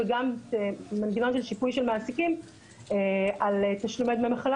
וגם מנגנון של שיפוי של מעסיקים על תשלומי דמי מחלה